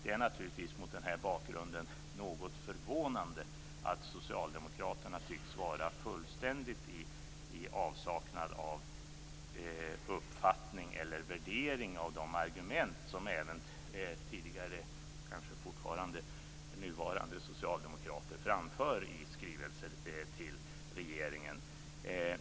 Det är naturligtvis mot den bakgrunden något förvånande att socialdemokraterna tycks vara fullständigt i avsaknad av uppfattning eller värdering av de argument som även tidigare - och kanske även nuvarande - socialdemokrater framför i skrivelser till regeringen.